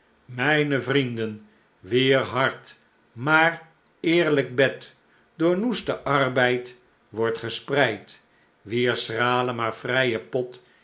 mijne vrienden wier hard maar eerlijk bed door noesten arbeid wordt gespreid wier schrale maar vrije pot